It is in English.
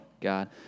God